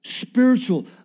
spiritual